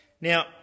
Now